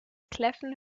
kläffen